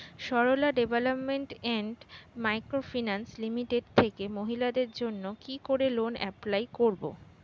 Sarala development and micro finance limited থেকে মহিলাদের জন্য কি করে লোন এপ্লাই করব?